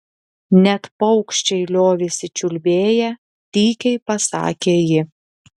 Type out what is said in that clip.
net paukščiai liovėsi čiulbėję tykiai pasakė ji